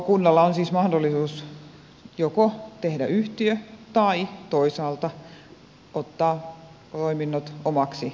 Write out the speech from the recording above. kunnalla on siis mahdollisuus joko tehdä yhtiö tai toisaalta ottaa toiminnot omaksi toiminnakseen